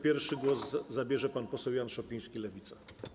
Pierwszy głos zabierze pan poseł Jan Szopiński, Lewica.